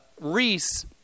Reese